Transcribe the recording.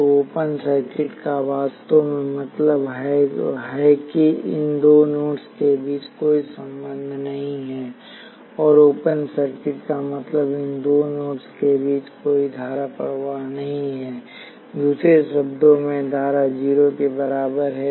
तो open circuit का वास्तव में मतलब है कि इन दो नोड्स के बीच कोई संबंध नहीं है और ओपन सर्किट का मतलब इन दो नोड्स के बीच कोई धारा प्रवाह नहीं है दूसरे शब्दों में धारा 0 के बराबर है